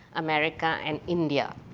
america, and india.